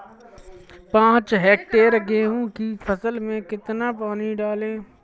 पाँच हेक्टेयर गेहूँ की फसल में कितना पानी डालें?